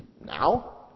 Now